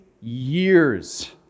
years